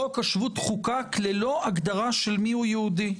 חוק השבות חוקק ללא הגדרה של מיהו יהודי.